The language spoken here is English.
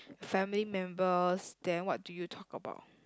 family members then what do you talk about